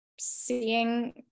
seeing